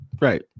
right